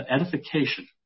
edification